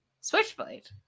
switchblade